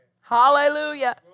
Hallelujah